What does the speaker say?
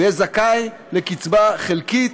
הוא יהיה זכאי לקצבה חלקית.